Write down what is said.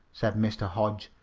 said mr. hodge,